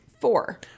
Four